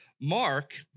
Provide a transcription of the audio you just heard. Mark